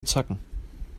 zacken